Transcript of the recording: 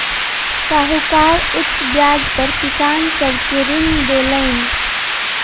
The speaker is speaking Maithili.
साहूकार उच्च ब्याज पर किसान सब के ऋण देलैन